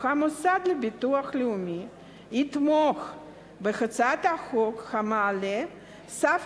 שהמוסד לביטוח הלאומי יתמוך בהצעת חוק המעלה את סף